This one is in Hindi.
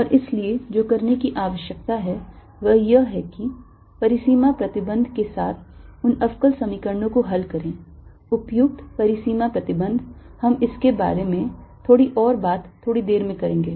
और इसलिए जो करने की आवश्यकता है वह यह है कि परिसीमा प्रतिबंध के साथ उन अवकल समीकरणों को हल करें उपयुक्त परिसीमा प्रतिबंध हम इसके बारे में थोड़ी और बात थोड़ी देर में करेंगे